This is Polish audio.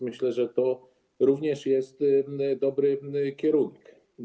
Myślę, że to również jest dobry kierunek.